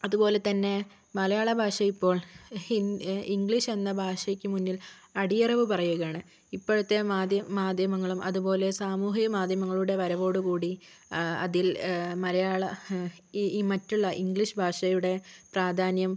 അതുപോലെതന്നെ മലയാളഭാഷ ഇപ്പോൾ ഹിന്ദി ഇംഗ്ലീഷ് എന്ന ഭാഷക്ക് മുന്നിൽ അടിയറവു പറയുകയാണ് ഇപ്പോഴത്തെ മാധ്യ മാധ്യമങ്ങളും അതുപോലെ സാമൂഹിക മാധ്യമങ്ങളുടെ വരവോടുകൂടി അതിൽ മലയാള ഈ മറ്റുള്ള ഇംഗ്ലീഷ് ഭാഷയുടെ പ്രാധാന്യം